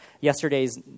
yesterday's